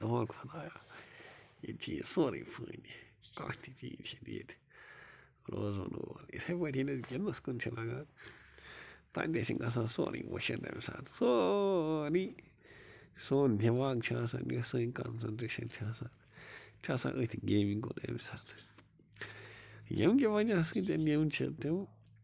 دَپان خُدایا ییٚتہِ چھُ یہِ سورُے فٲنی کانٛہہ تہِ چیٖز چھُ نہٕ ییٚتہِ روزَن وول یِتھٕے پٲٹھۍ ییٚلہِ أسۍ گِنٚدٕنس کُن چھِ لگان تَتہِ چھُ گژھان سورُے مٔشِتھ تَمہِ ساتہٕ سورُے سون دیٚماغ چھُ آسان یُس سٲنۍ کنسنٹریٚشن چھِ آسان چھِ آسان أتھۍ گیٚمہِ کُن اَمہِ ساتہٕ ییٚمہِ کہِ وجہ سۭتۍ یِم چھِ تِم